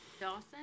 Dawson